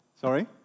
Sorry